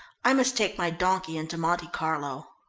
i must take my donkey into monte carlo.